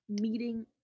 meeting